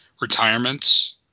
Retirements